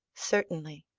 certainly,